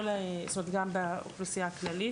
יש קושי גם באוכלוסייה הכללית,